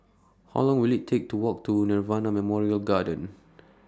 How Long Will IT Take to Walk to Nirvana Memorial Garden